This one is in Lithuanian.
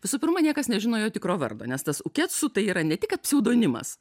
visų pirma niekas nežino jo tikro vardo nes tas ukecu tai yra ne tik kad pseudonimas